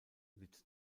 litt